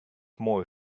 more